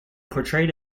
portrayed